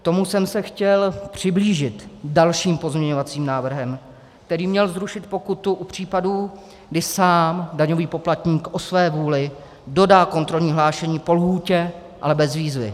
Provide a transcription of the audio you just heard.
Tomu jsem se chtěl přiblížit dalším pozměňovacím návrhem, který měl zrušit pokutu u případů, kdy sám daňový poplatník o své vůli dodá kontrolní hlášení po lhůtě, ale bez výzvy.